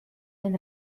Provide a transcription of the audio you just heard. ein